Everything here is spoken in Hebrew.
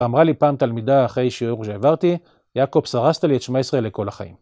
אמרה לי פעם תלמידה אחרי שיעור שהעברתי, יעקב, הרסת לי את שמע ישראל לכל החיים